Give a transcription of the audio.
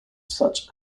such